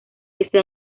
ese